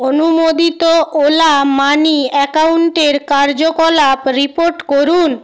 অনুমোদিত Ola money অ্যাকাউন্টের কার্যকলাপ রিপোর্ট করুন